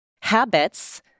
habits